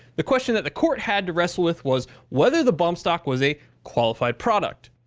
the question that the court had to wrestle with was whether the bump stock was a qualified product.